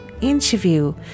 interview